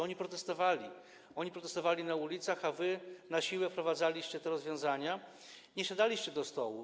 Oni protestowali, oni protestowali na ulicach, a wy na siłę wprowadzaliście te rozwiązania, nie siadaliście do stołu.